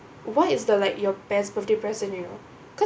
what is the like your best birthday present you know cause